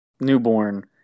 newborn